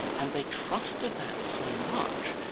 and they trusted that so much,